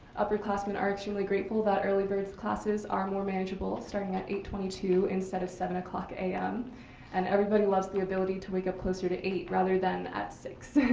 upperclassmen are extremely grateful that early birds classes are more manageable, starting at eight twenty two instead of seven zero am and everybody love the ability to wake up closer to eight rather than at six.